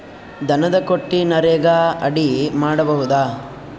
ದನದ ಕೊಟ್ಟಿಗಿ ನರೆಗಾ ಅಡಿ ಮಾಡಬಹುದಾ?